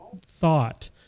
thought